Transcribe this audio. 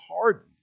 hardened